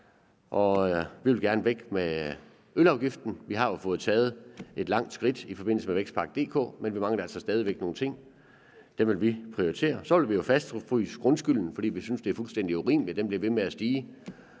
vi vil gerne have ølafgiften væk. Vi har jo taget et langt skridt i forbindelse med Vækstplan DK, men vi mangler altså stadig væk nogle ting, og dem vil vi prioritere. Så vil vi fastfryse grundskylden, fordi vi synes, det er fuldstændig urimeligt, at den bliver ved med at stige